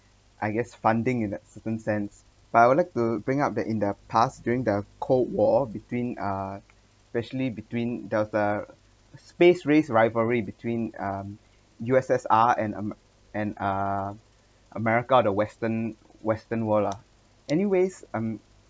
I guess funding in a certain sense but I would like to bring up the in the past during the cold war between uh specially between there was the space race rivalry between um U_S_S_R and ame~ and uh america of the western western world lah anyways um